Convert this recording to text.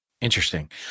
Interesting